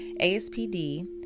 ASPD